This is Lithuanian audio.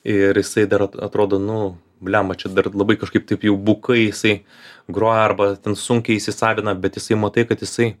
ir jisai dar atrodo nu blemba čia dar labai kažkaip taip jau bukai jisai groja arba sunkiai įsisavina bet jisai matai kad jisai